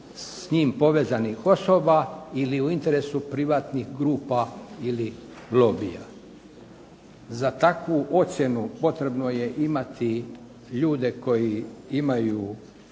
s njim povezanih osoba ili u interesu privatnih grupa ili lobija. Za takvu ocjenu potrebno je imati ljude koji imaju,